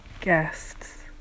guests